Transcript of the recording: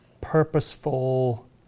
purposeful